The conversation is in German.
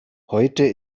heute